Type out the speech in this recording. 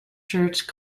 church